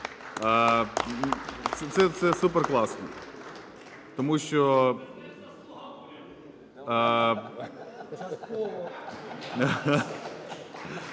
Це суперкласно. Тому що...